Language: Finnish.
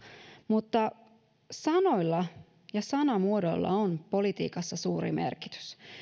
mutta sanoilla ja sanamuodoilla on politiikassa suuri merkitys